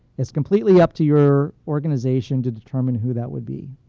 it's completely up to your organization to determine who that would be.